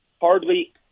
Hardly